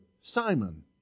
Simon